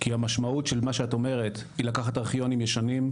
כי המשמעות של מה שאת אומרת היא לקחת ארכיונים ישנים,